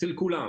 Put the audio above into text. אצל כולם.